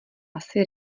asi